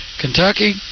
Kentucky